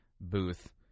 booth